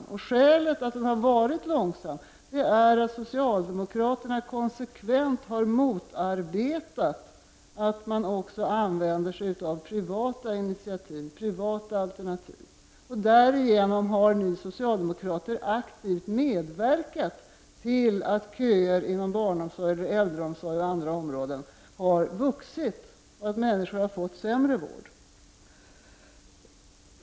Skälet till att den har varit långsam är att socialdemokraterna konsekvent har motarbetat att man använder sig av privata initiativ och alternativ. Därigenom har ni socialdemokrater aktivt medverkat till att köerna inom barnomsorg, äldreomsorg och på andra områden har vuxit och att människor har fått sämre vård.